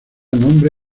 nombre